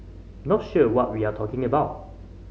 not sure what we're talking about